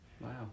Wow